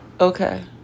Okay